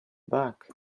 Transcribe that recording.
back